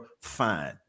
fine